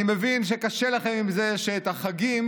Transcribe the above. אני מבין שקשה לכם עם זה שאת החגים